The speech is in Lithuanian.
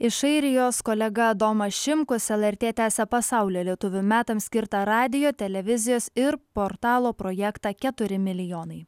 iš airijos kolega adomas šimkus lrt tęsia pasaulio lietuvių metams skirtą radijo televizijos ir portalo projektą keturi milijonai